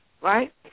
Right